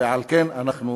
ועל כן אנחנו,